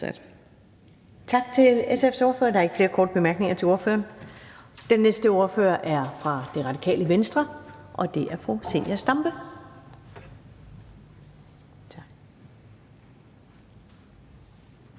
Tak til SF's ordfører. Der er ikke flere korte bemærkninger til ordføreren. Den næste ordfører er fra Det Radikale Venstre, og det er fru Zenia Stampe.